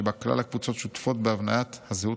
שבה כלל הקבוצות שותפות בהבניית הזהות